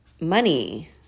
money